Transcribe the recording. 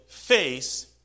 face